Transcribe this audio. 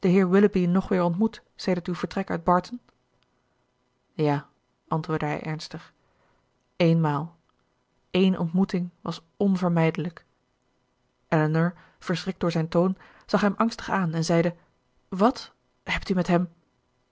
nog weer ontmoet sedert uw vertrek uit barton ja antwoordde hij ernstig eenmaal eene ontmoeting was onvermijdelijk elinor verschrikt door zijn toon zag hem angstig aan en zeide wat hebt u met hem